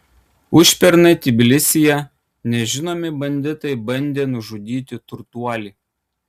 užpernai tbilisyje nežinomi banditai bandė nužudyti turtuolį